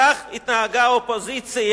כך התנהגה האופוזיציה,